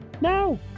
No